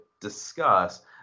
discuss –